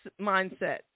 mindset